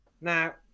Now